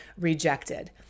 rejected